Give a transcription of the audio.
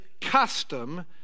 custom